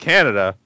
Canada